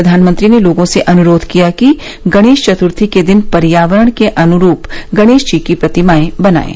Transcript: प्रधानमंत्री ने लोगों से अनुरोध किया कि गणेश चत्र्थी के दिन पर्यावरण के अनुरूप गणेश की प्रतिमायें बनायें